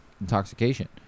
intoxication